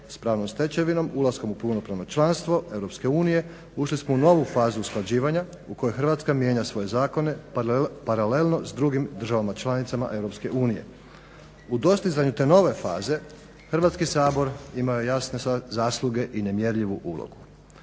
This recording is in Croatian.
s pravnom stečevinom ulaskom u punopravno članstvo EU, ušli smo u novu fazu usklađivanja u kojoj Hrvatska mijenja svoje zakone paralelno s drugim državama članicama EU. U dostizanju te nove faze, Hrvatski sabor ima jasne zasluge i nemjerljivu ulogu.